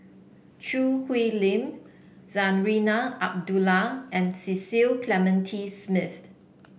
Choo Hwee Lim Zarinah Abdullah and Cecil Clementi Smith